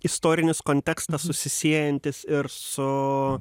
istorinis kontekstas susisiejantis ir su